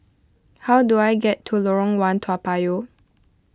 how do I get to Lorong one Toa Payoh